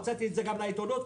הוצאתי את זה לעיתונות,